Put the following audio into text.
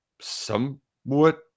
somewhat